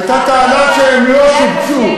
הייתה טענה שהם לא שובצו.